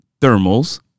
thermals